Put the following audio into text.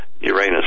Uranus